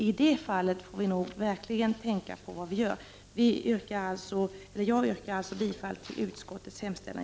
I det fallet får vi verkligen tänka på vad vi gör. Jag yrkar alltså bifall till utskottets hemställan.